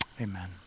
amen